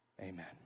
amen